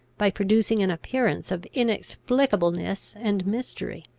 by producing an appearance of inexplicableness and mystery.